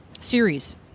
series